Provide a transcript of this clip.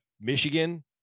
Michigan